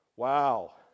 Wow